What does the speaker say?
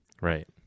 Right